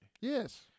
Yes